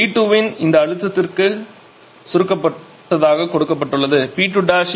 இது P2 இன் இந்த அழுத்தத்திற்கு சுருக்கப்பட்டதாக கொடுக்கப்பட்டுள்ளது P2 1